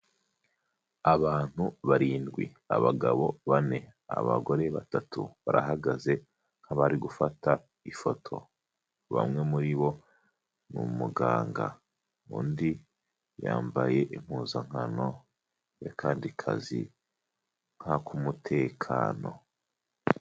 Abantu barindwi abagabo bane, abagore batatu barahagaze nk'abari gufata ifoto, bamwe muri bo ni umuganga undi yambaye impuzankano y'akandi kazi nk'akumutekano.